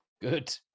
good